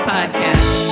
Podcast